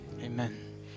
Amen